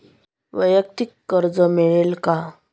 वैयक्तिक कर्ज मिळेल का?